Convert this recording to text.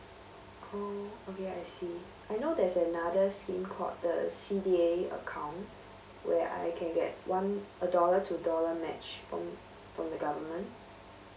oh okay I see I know there's another scheme called the C_D_A account where I can get one a dollar to dollar match from from the government